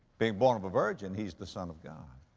being born of a virgin he's the son of god.